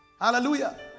Hallelujah